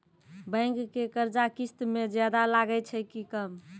Bank के कर्जा किस्त मे ज्यादा लागै छै कि कम?